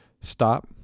stop